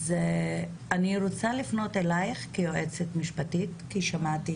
אז אני רוצה לפנות אלייך כיועצת משפטית כי שמעתי